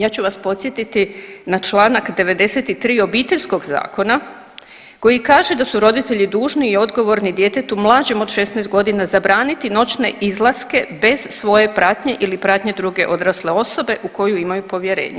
Ja ću vas podsjetiti na čl. 93 Obiteljskog zakona koji kaže da su roditelji dužni i odgovorni djetetu mlađem od 16 godina zabraniti noćne izlaske bez svoje pratnje ili pratnje druge odrasle osobe u koju imaju povjerenje.